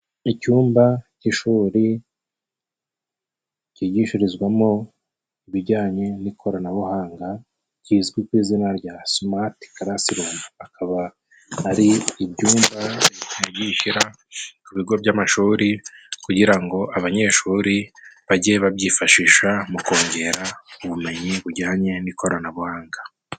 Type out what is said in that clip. Icyumba cy'ishuri ryigishirizwamo ibijyanye n'ikoranabuhanga, kizwi ku izina rya siimati karasirumu, akaba ari ibyumbakira ku bigo by'amashuri kugira ngo abanyeshuri, bajye babyifashisha mu kongera ubumenyi bujyanye n'ikoranabuhanga.